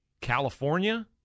california